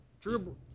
Drew